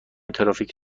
ترافیک